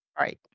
Right